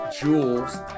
jewels